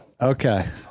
Okay